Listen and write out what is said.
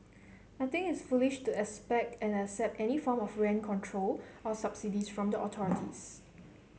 I think it is foolish to expect and accept any form of rent control or subsidies from the authorities